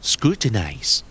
Scrutinize